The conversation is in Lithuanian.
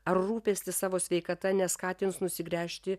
ar rūpestis savo sveikata neskatins nusigręžti